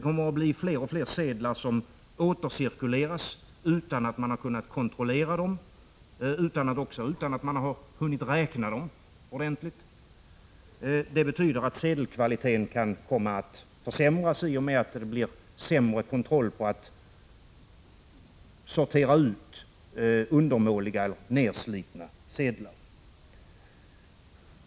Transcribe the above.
Fler och fler sedlar kommer att återcirkulera, utan att POStverket man har kunnat kontrollera dem eller hunnit räkna dem ordentligt. Det betyder att sedelkvaliteten kommer att försämras, i och med att det blir en sämre kontroll och utsortering av undermåliga, nedslitna sedlar.